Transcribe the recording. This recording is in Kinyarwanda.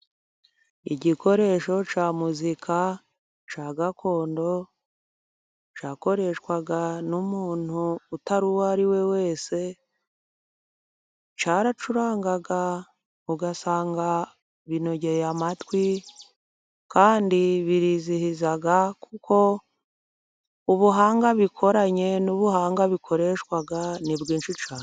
Igikoresho cya muzika cya gakondo cyakoreshwaga n'umuntu utari uwo ari we wese, cyaracurangaga ugasanga binogeye amatwi kandi birizihiza, kuko ubuhanga bikoranye n'ubuhanga bikoreshwa ni bwinshi cyane.